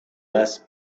less